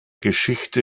geschichte